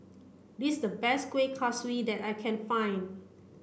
this the best Kuih Kaswi that I can find